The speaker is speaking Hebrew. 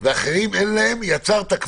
משהו בעוד שלאחרים אין, ברגע הזה כבר יצרת עדיפות